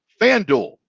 FanDuel